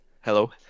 Hello